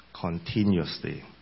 continuously